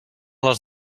les